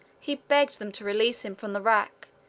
he begged them to release him from the rack,